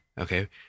okay